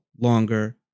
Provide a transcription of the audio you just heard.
longer